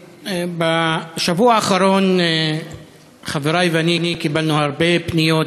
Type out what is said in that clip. בשבוע האחרון חברי ואני קיבלנו הרבה פניות